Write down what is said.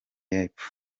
y’epfo